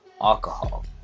alcohol